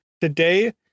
today